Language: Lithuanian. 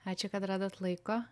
ačiū kad radot laiko